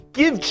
give